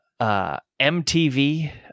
MTV